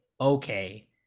okay